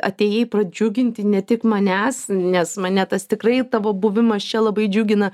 atėjai pradžiuginti ne tik manęs nes mane tas tikrai tavo buvimas čia labai džiugina